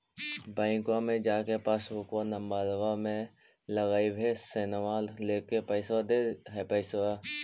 बैंकवा मे जा के पासबुकवा नम्बर मे लगवहिऐ सैनवा लेके निकाल दे है पैसवा?